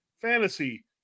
Fantasy